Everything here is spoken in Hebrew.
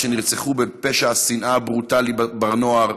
שנרצחו בפשע השנאה הברוטלי בבר-נוער.